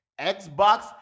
Xbox